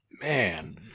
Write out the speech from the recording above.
Man